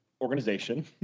organization